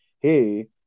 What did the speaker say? Hey